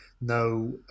No